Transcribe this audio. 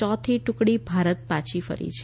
ચોથી ટુકડી ભારત પાછી ફરી છે